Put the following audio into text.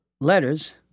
letters